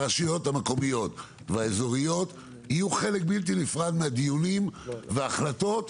הרשויות המקומיות והאזוריות יהיו חלק בלתי נפרד מהדיונים ומההחלטות,